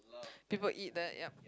people eat that yep